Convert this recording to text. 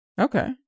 Okay